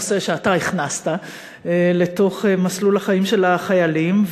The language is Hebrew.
נושא שאתה הכנסת לתוך מסלול החיים של החיילים.